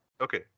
Okay